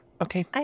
Okay